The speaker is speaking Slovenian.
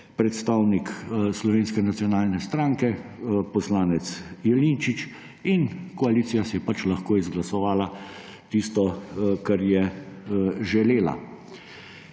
predstavnik Slovenske nacionalne stranke poslanec Jelinčič in koalicija si je lahko izglasovala tisto, kar je želela.